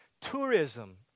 Tourism